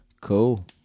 Cool